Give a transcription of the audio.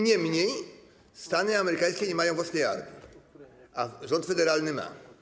Niemniej stany amerykańskie nie mają własnej armii, a rząd federalny ma.